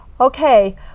Okay